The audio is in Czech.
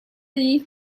jejich